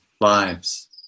lives